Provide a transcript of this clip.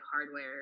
hardware –